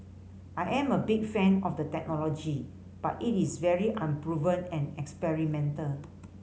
I am a big fan of the technology but it is very unproven and experimental